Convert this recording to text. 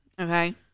Okay